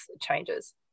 changes